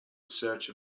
search